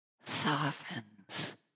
softens